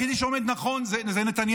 היחידי שעומד נכון הוא נתניהו.